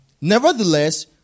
Nevertheless